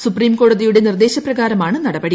സുപ്രീംകോടതിയുടെ നിർദ്ദേശപ്രകാരമാണ് നടപടി